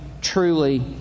truly